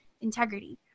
integrity